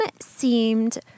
seemed